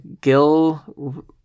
Gil